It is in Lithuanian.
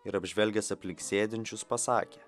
ir apžvelgęs aplink sėdinčius pasakė